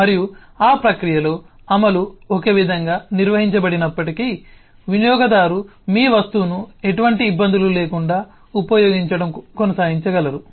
మరియు ఆ ప్రక్రియలో అమలు ఒకే విధంగా నిర్వహించబడనప్పటికీ వినియోగదారు మీ వస్తువును ఎటువంటి ఇబ్బందులు లేకుండా ఉపయోగించడం కొనసాగించగలరు